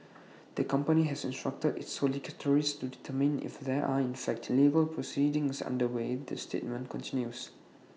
the company has instructed its solicitors to determine if there are in fact legal proceedings underway the statement continues